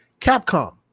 capcom